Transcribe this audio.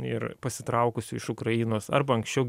ir pasitraukusių iš ukrainos arba anksčiau